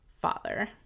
father